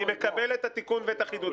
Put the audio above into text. אני מקבל את התיקון ואת החידוד.